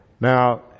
Now